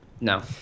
No